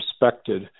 respected